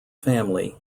family